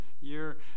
year